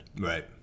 right